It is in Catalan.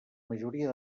majoria